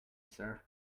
sir